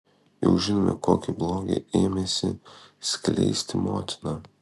jau žinome kokį blogį ėmėsi skleisti motina